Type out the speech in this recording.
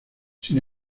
sin